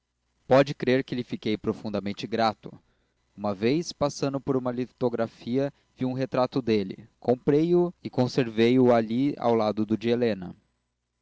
pode crer que lhe fiquei profundamente grato uma vez passando por uma litografia vi um retrato dele comprei o e conservo o ali ao lado do de helena